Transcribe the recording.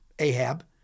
Ahab